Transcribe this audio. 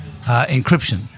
encryption